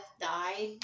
died